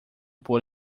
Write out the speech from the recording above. por